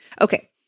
Okay